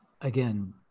Again